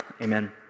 Amen